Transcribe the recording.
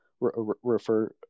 refer